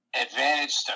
advantage